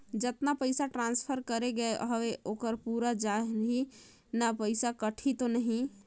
जतना पइसा ट्रांसफर करे गये हवे ओकर पूरा जाही न पइसा कटही तो नहीं?